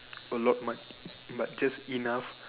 a lot but but just enough